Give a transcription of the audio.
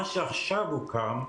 מה שעכשיו הוקם,